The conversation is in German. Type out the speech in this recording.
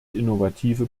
innovative